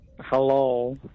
Hello